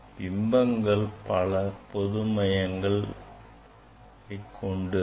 பிம்பங்கள் பல பொதுமைய வளையங்களை கொண்டிருக்கும்